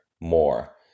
more